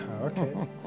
Okay